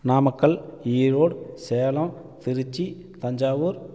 Namakkal Erode Salem Tiruchi Thanjavur